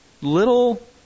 Little